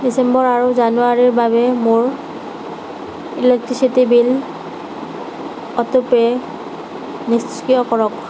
ডিচেম্বৰ আৰু জানুৱাৰীৰ বাবে মোৰ ইলেক্ট্ৰিচিটী বিল অ'টোপে' নিষ্ক্ৰিয় কৰক